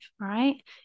right